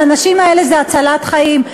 לנשים האלה זו הצלת חיים.